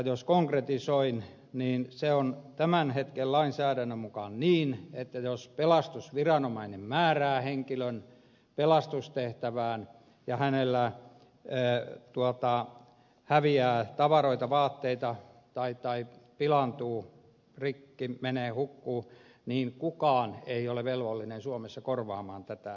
jos konkretisoin niin se on tämän hetken lainsäädännön mukaan niin että jos pelastusviranomainen määrää henkilön pelastustehtävään ja häneltä häviää tavaroita vaatteita tai pilaantuu menee rikki hukkuu niin kukaan ei ole velvollinen suomessa korvaamaan tätä